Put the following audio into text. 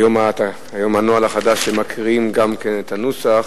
היום הנוהל החדש, שקוראים גם את הנוסח.